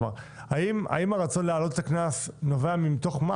כלומר, מתוך מה